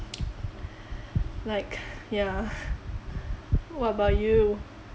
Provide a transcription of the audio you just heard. like ya what about you